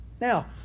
Now